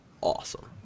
awesome